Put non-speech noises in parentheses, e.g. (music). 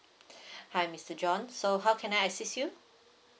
(breath) hi mister john so how can I assist you